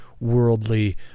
worldly